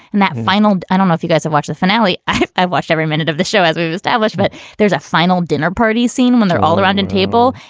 and that final i don't know if you guys have watched the finale. i've i've watched every minute of the show as we've established. but there's a final dinner party scene when they're all around and table.